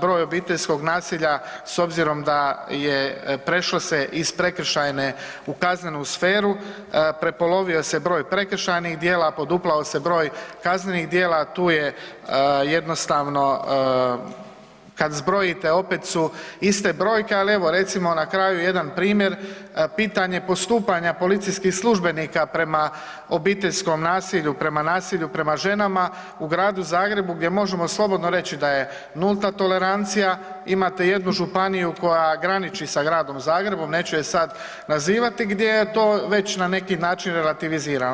broj obiteljskog nasilja s obzirom da je prešlo se iz prekršajne u kaznenu sferu, prepolovio se broj prekršajnih djela, poduplao se broj kaznenih djela, tu je jednostavno kad zbrojite opet su iste brojke, ali evo recimo na kraju jedan primjer pitanje postupanja policijskih službenika prema obiteljskom nasilju, prema nasilju prema ženama, u Gradu Zagrebu gdje možemo slobodno reći da je nulta tolerancija imate jednu županiju koja graniči sa Gradom Zagrebom, neću je sad nazivati gdje je to već na neki način relativizirano.